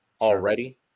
already